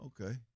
Okay